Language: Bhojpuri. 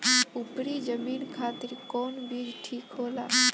उपरी जमीन खातिर कौन बीज ठीक होला?